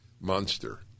monster